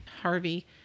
harvey